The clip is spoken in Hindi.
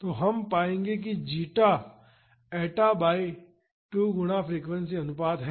तो हम पाएंगे कि जीटा ईटा बाई 2 गुणा फ्रीक्वेंसी अनुपात है